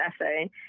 essay